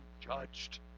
judged